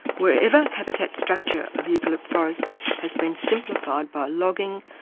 wherever habitat structure of eucalypt forests has been simplified by logging,